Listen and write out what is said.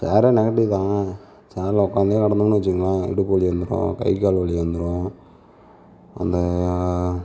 சேரே negative தாங்க சேர்ல உட்காந்தே கிடந்தோம்னு வச்சுக்கங்களேன் இடுப்பு வலி வந்துக்கும் கை கால் வலி வந்துரும் அந்த